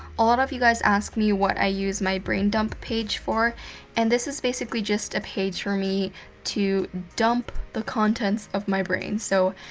a lot of you guys ask me what i use my brain dump page for and this is basically just a page for me to dump the contents of my brain. so,